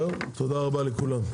תודה רבה לכולם.